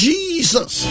Jesus